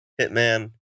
Hitman